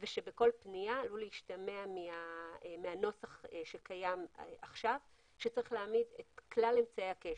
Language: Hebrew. - אבל עלול להשתמע מהנוסח שקיים עכשיו שצריך להעמיד את כלל אמצעי הקשר.